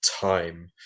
time